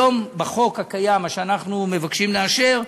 היום, בחוק הקיים, מה שאנחנו מבקשים לאשר,